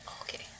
Okay